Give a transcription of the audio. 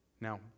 Now